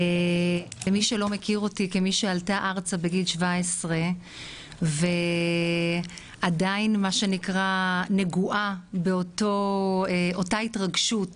כמי שעלתה לארץ בגיל 17 ועדיין נגועה בהתרגשות